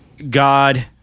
God